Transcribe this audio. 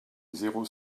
zéro